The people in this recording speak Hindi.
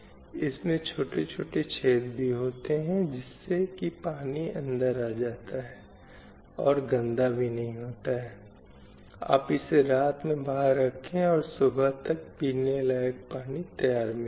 आप जानते हैं कि यह कुछ ऐसा है जो वर्षों से केवल राज्य ही इस के खिलाफ लड़ने का प्रयास करता है और इसने कुछ प्रगति की है हालांकि पूरी तरह से नहीं